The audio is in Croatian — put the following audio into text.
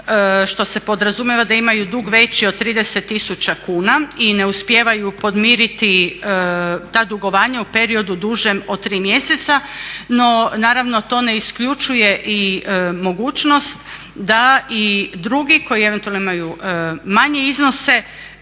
što se podrazumijeva da imaju dug veći od 30 000 kuna i ne uspijevaju podmiriti ta dugovanja u periodu dužem od 3 mjeseca, no naravno to ne isključuje i mogućnost da i drugi koji eventualno imaju manje iznose,